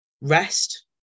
rest